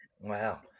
Wow